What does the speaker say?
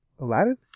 Aladdin